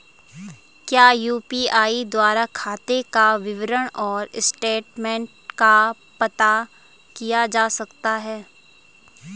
क्या यु.पी.आई द्वारा खाते का विवरण और स्टेटमेंट का पता किया जा सकता है?